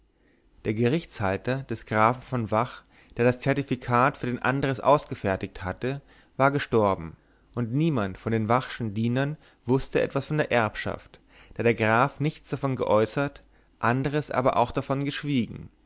der gerichtshalter des grafen von vach der das zertifikat für den andres ausgefertigt hatte war gestorben und niemand von den vachschen dienern wußte etwas von der erbschaft da der graf nichts davon geäußert andres aber auch davon geschwiegen